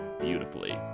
beautifully